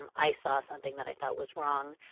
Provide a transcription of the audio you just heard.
and i saw something that i thought was wrong.